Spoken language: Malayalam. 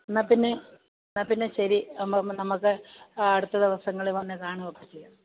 എന്നാല്പ്പിന്നെ എന്നാല്പ്പിന്നെ ശരി നമുക്ക് അടുത്ത ദിവസങ്ങളില്വന്നു കാണുകയൊക്കെ ചെയ്യാം